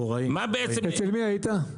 אצל מי היית?